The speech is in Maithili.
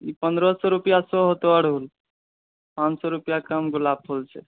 ई पन्द्रह सए रुपआ तऽ तोहर पाँच सए रुपआके गुलाब फूल छै